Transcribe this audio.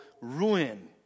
ruin